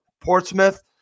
Portsmouth